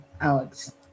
Alex